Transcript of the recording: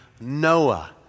Noah